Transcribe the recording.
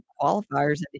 qualifiers